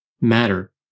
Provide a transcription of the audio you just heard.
matter